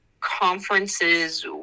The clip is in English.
conferences